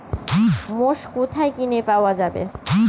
মোষ কোথায় কিনে পাওয়া যাবে?